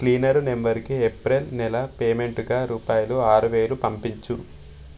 cleaner నెంబర్కి April నెల పేమెంట్గా రూపాయలు ఆరు వేలు పంపించు